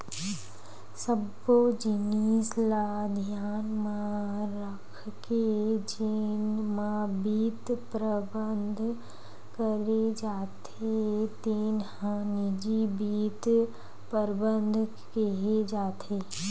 सब्बो जिनिस ल धियान म राखके जेन म बित्त परबंध करे जाथे तेन ल निजी बित्त परबंध केहे जाथे